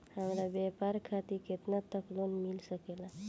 हमरा व्यापार खातिर केतना तक लोन मिल सकेला?